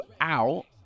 out